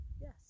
yes